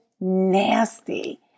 nasty